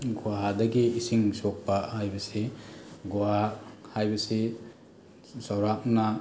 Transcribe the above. ꯒꯨꯍꯥꯗꯒꯤ ꯏꯁꯤꯡ ꯁꯣꯛꯄ ꯍꯥꯏꯕꯁꯤ ꯒꯨꯍꯥ ꯍꯥꯏꯕꯁꯤ ꯆꯥꯎꯔꯥꯛꯅ